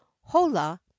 Hola